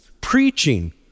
preaching